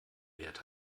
wert